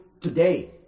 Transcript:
today